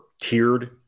tiered